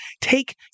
take